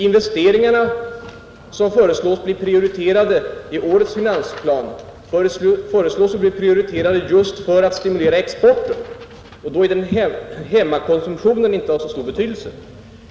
Investeringarna, som föreslås bli prioriterade i årets finansplan, föreslås bli det just för att stimulera exporten. Då är väl hemmakonsumtionen inte av så stor betydelse.